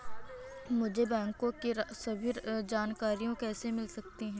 मुझे बैंकों की सभी जानकारियाँ कैसे मिल सकती हैं?